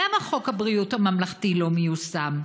למה חוק הבריאות הממלכתי לא מיושם?